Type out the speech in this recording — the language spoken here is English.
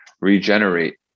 regenerate